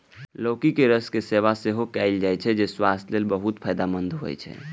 लौकी के रस के सेवन सेहो कैल जाइ छै, जे स्वास्थ्य लेल फायदेमंद होइ छै